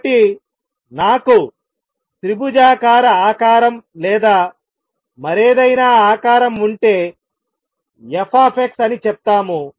కాబట్టి నాకు త్రిభుజాకార ఆకారం లేదా మరేదైనా ఆకారం ఉంటేf అని చెప్తాము